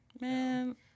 man